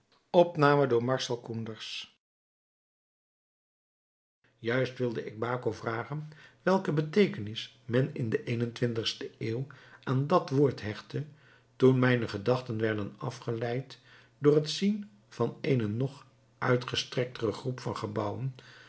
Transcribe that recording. juist wilde ik baco vragen welke beteekenis men in de eenentwintigste eeuw aan dat woord hechtte toen mijne gedachten werden afgeleid door het zien van eene nog uitgestrektere groep van gebouwen